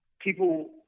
people